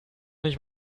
nicht